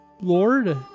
lord